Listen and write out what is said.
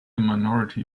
minority